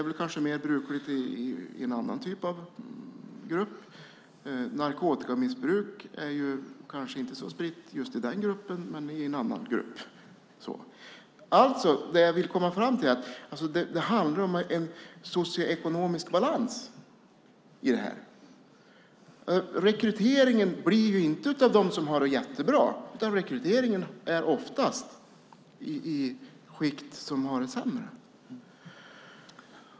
Det kanske är vanligare i en annan grupp. Narkotikamissbruk kanske inte är så spritt i just den gruppen. Det handlar om en socioekonomisk balans. Rekryteringen sker inte bland dem som har det jättebra. Rekryteringen sker oftast i skikt som har det sämre.